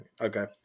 Okay